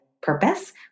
Purpose